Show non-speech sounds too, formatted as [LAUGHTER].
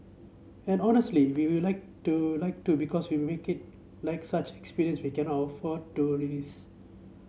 and honestly we will like to like to because you make it like such an experience we cannot afford to [UNINTELLIGIBLE]